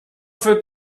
für